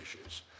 issues